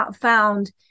found